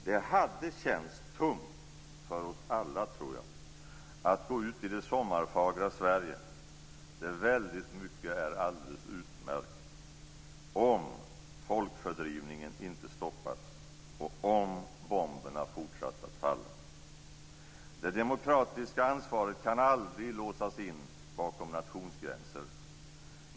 Det hade känts tungt för oss alla, tror jag, att gå ut i det sommarfagra Sverige där väldigt mycket är alldeles utmärkt om inte folkfördrivningen hade stoppats och om bomberna hade fortsatt att falla. Det demokratiska ansvaret kan aldrig låsas in bakom nationsgränser.